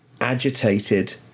agitated